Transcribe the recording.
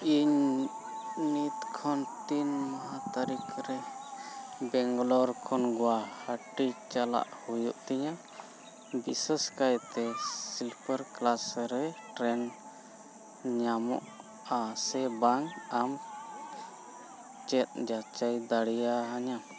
ᱤᱧ ᱱᱤᱛ ᱠᱷᱚᱱ ᱛᱤᱱ ᱢᱟᱦᱟ ᱛᱟᱹᱨᱤᱠᱷ ᱨᱮ ᱵᱮᱝᱜᱟᱞᱳᱨ ᱠᱷᱚᱱ ᱜᱳᱣᱟ ᱦᱟᱴᱤ ᱪᱟᱞᱟᱜ ᱦᱩᱭᱩᱜ ᱛᱤᱧᱟᱹ ᱵᱤᱥᱮᱥ ᱠᱟᱭᱛᱮ ᱥᱤᱞᱯᱟᱨ ᱠᱞᱟᱥ ᱨᱮ ᱴᱨᱮᱱ ᱧᱟᱢᱚᱜᱼᱟ ᱥᱮ ᱵᱟᱝ ᱟᱢ ᱪᱮᱫ ᱡᱟᱪᱟᱭ ᱫᱟᱲᱮᱭᱟᱹᱧᱟᱢ